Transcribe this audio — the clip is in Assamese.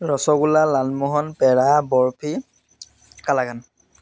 ৰসগোল্লা লালমোহন পেৰা বৰফি কালাকান